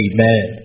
Amen